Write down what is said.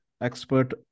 expert